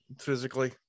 physically